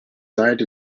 died